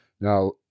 Now